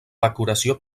decoració